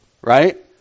right